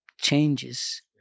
changes